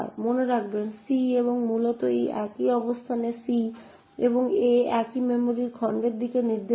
মনে রাখবেন যে c এবং a মূলত একই অবস্থান c এবং a একই মেমরি খণ্ডের দিকে নির্দেশ করে